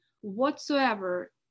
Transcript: whatsoever